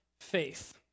Faith